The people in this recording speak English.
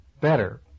better